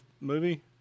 movie